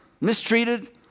mistreated